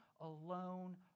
alone